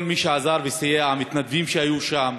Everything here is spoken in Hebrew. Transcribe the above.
כל מי שעזר וסייע, המתנדבים שהיו שם,